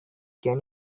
can